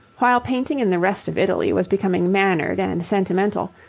while painting in the rest of italy was becoming mannered and sentimental,